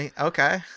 Okay